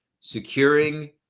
securing